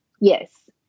Yes